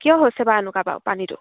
কিয় হৈছে বাৰু এনেকুৱা বাৰু পানীটো